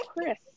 Chris